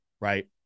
right